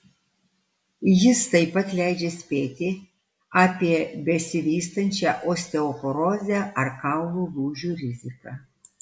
jis taip pat leidžia spėti apie besivystančią osteoporozę ar kaulų lūžių riziką